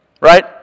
right